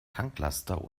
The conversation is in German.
tanklaster